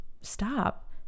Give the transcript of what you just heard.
stop